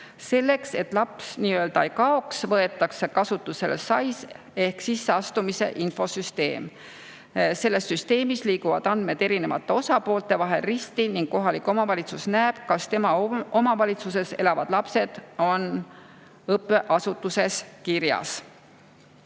Selleks, et laps ei kaoks, võetakse kasutusele SAIS ehk sisseastumise infosüsteem. Selles süsteemis liiguvad andmed erinevate osapoolte vahel risti ning kohalik omavalitsus näeb, kas tema omavalitsuses elavad lapsed on mõnes õppeasutuses kirjas.